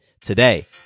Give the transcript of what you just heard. today